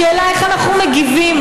השאלה היא איך אנחנו מגיבים,